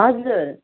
हजुर